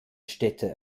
städte